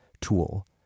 tool